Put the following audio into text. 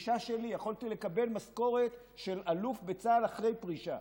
יכולתי לקבל משכורת של אלוף בצה"ל אחרי פרישה,